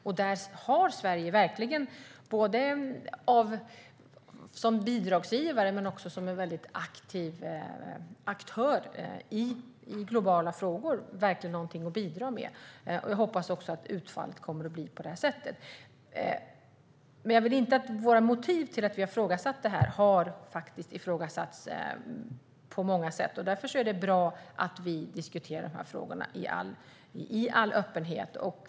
Där har Sverige, både som biståndsgivare och som aktiv aktör i globala frågor, verkligen något att bidra med. Jag hoppas att utfallet kommer att bli på det sättet. Våra motiv till att ställa oss frågande till detta har ifrågasatts på många sätt, och därför är det bra att vi diskuterar dessa frågor i all öppenhet.